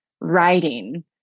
writing